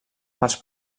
pels